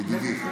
ידידי.